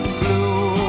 blue